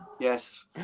Yes